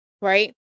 right